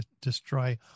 destroy